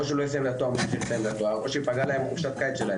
או שלא יסיים --- או שיפגע להם חופשת הקיץ שלהם,